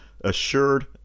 assured